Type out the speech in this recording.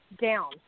down